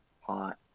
Hot